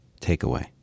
takeaway